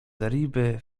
zeriby